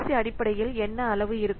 C அடிப்படையில் என்ன அளவு இருக்கும்